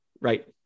right